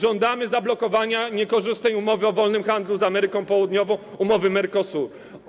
Żądamy zablokowania niekorzystnej umowy o wolnym handlu z Ameryką Południową, umowy Mercosur.